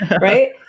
right